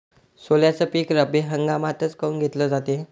सोल्याचं पीक रब्बी हंगामातच काऊन घेतलं जाते?